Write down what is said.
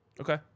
Okay